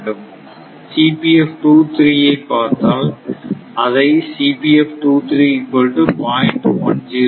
வை பார்த்தால் அதை என மாற்ற வேண்டும்